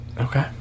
Okay